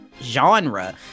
genre